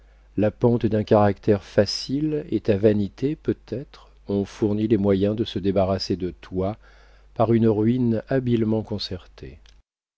la pente d'un caractère facile et ta vanité peut-être ont fourni les moyens de se débarrasser de toi par une ruine habilement concertée